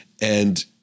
And-